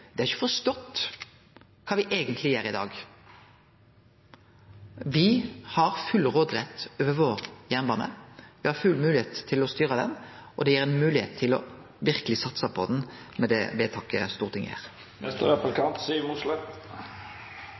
ikkje har forstått kva me eigentleg gjer i dag. Me har full råderett over vår jernbane, me har full moglegheit til å styre han, og det vedtaket Stortinget gjer, gir moglegheit til verkeleg å satse på